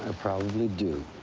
ah probably do.